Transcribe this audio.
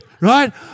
right